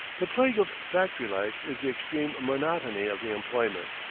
the plague of factory life is the extreme monotony of the employment,